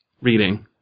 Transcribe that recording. reading